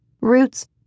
roots